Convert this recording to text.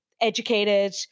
educated